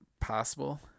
possible